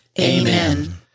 Amen